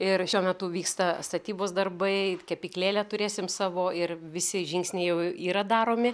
ir šiuo metu vyksta statybos darbai kepyklėlę turėsim savo ir visi žingsniai jau yra daromi